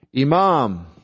Imam